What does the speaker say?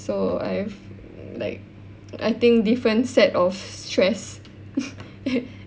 so I have like I think different set of stress